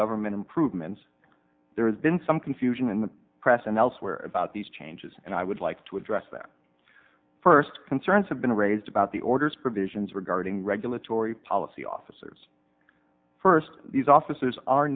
government improvements there has been some confusion in the press and elsewhere about these changes and i would like to address them first concerns have been raised about the orders provisions regarding regulatory policy officers first these officers are